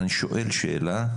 אני שואל שאלה,